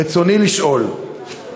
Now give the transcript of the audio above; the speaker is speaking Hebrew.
רצוני לשאול: